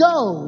go